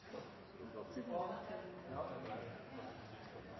statsråd,